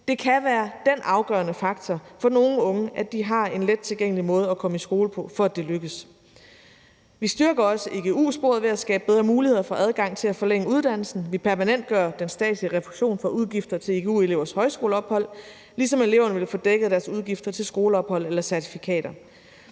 Det kan være den afgørende faktor for nogle unge, for at de lykkes, at de har en lettilgængelig måde at komme i skole på. Vi styrker også egu-sporet ved at skabe bedre muligheder for adgang til at forlænge uddannelsen, vi permanentgør den statslige refusion for udgifter til egu-elevers højskoleophold, ligesom eleverne vil få dækket deres udgifter til skoleophold eller certifikater.